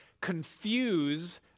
confuse